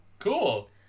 Cool